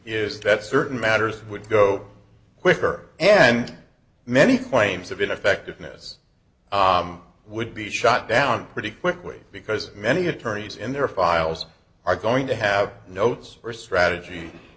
is that certain matters would go quicker and many claims of ineffectiveness would be shot down pretty quickly because many attorneys in their files are going to have notes or strateg